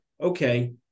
okay